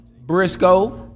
Briscoe